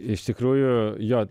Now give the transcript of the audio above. iš tikrųjų jo